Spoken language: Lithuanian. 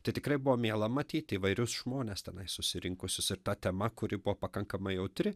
tai tikrai buvo miela matyti įvairius žmones tenai susirinkusius ir ta tema kuri buvo pakankamai jautri